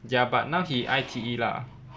ya but now he in I_T_E lah